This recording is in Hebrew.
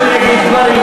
אבל אתה צריך לחזור בך.